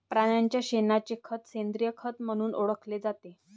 प्राण्यांच्या शेणाचे खत सेंद्रिय खत म्हणून ओळखले जाते